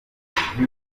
nti